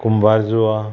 कुंबार जुवा